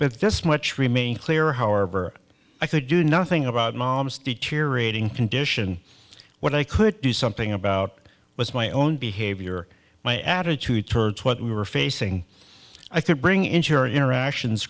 but this much remain clear however i could do nothing about mom's deteriorating condition what i could do something about was my own behavior my attitude towards what we were facing i could bring into your interactions